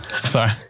Sorry